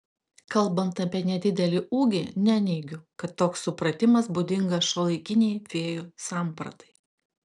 kalbant apie nedidelį ūgį neneigiu kad toks supratimas būdingas šiuolaikinei fėjų sampratai